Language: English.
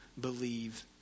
believe